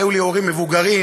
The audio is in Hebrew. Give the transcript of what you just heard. היו לי הורים מבוגרים,